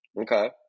Okay